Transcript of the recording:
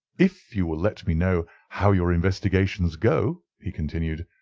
if you will let me know how your investigations go, he continued,